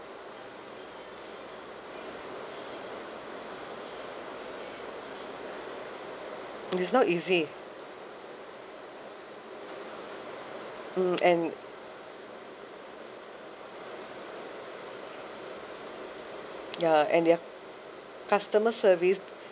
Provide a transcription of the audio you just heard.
it's not easy mm and ya and their customer service